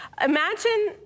imagine